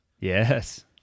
Yes